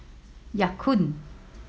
Ya Kun